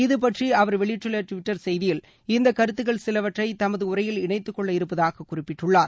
இதுபற்றி அவர் வெளியிட்டுள்ள டுவிட்டர் செய்தியில் இந்த கருத்துக்களல் சிலவற்றை தமது உரையில் இணைத்துக்கொள்ள இருப்பதாக குறிப்பிட்டுள்ளார்